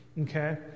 Okay